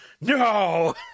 no